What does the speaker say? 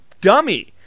dummy